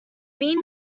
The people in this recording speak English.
mean